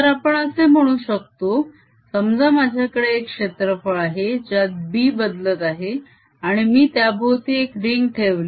तर आपण असे म्हणू शकतो समजा माझ्याकडे एक क्षेत्रफळ आहे ज्यात B बदलत आहे आणि मी त्याभोवती एक रिंग ठेवली